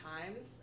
times